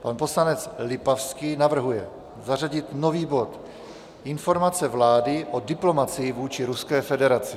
Pan poslanec Lipavský navrhuje zařadit nový bod Informace vlády o diplomacii vůči Ruské federaci.